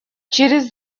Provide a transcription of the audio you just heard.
через